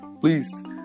please